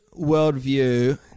worldview